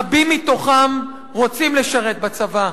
רבים מתוכם רוצים לשרת בצבא.